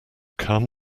come